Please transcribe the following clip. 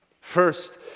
First